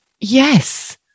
yes